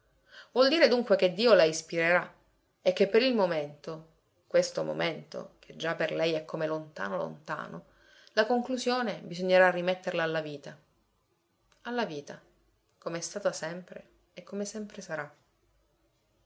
vuol dire dunque che dio la ispirerà e che per il momento questo momento che già per lei è come lontano lontano la conclusione bisognerà rimetterla alla vita alla vita com'è stata sempre e come sempre sarà